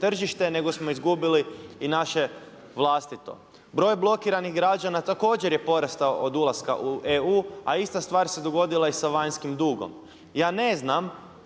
tržište nego smo izgubili i naše vlastito. Broj blokiranih građana također je porastao od ulaska u EU a ista stvar se dogodila i sa vanjskim dugom. Porastao